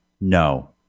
No